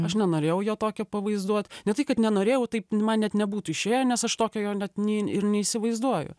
aš nenorėjau jo tokio pavaizduot ne tai kad nenorėjau taip man net nebūtų išėję nes aš tokio jo net ne net ir neįsivaizduoju